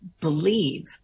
believe